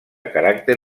caràcter